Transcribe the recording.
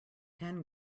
can